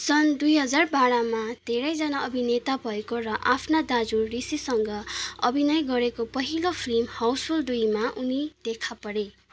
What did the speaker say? सन् दुई हजार बाह्रमा धेरैजना अभिनेता भएको र आफ्ना दाजु ऋषिसँग अभिनय गरेको पहिलो फिल्म हाउसफुल दुईमा उनी देखा परे